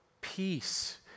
peace